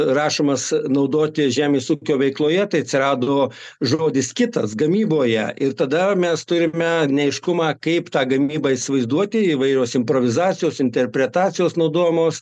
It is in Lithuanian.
rašomas naudoti žemės ūkio veikloje tai atsirado žodis kitas gamyboje ir tada mes turime neaiškumą kaip tą gamybą įsivaizduoti įvairios improvizacijos interpretacijos naudojamos